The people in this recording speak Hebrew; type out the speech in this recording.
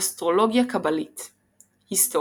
אסטרולוגיה קבלית היסטוריה